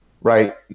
right